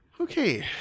Okay